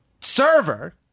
server